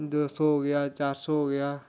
दो सौ हो गेआ चार सौ हो गेआ